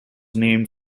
named